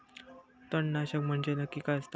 तणनाशक म्हंजे नक्की काय असता?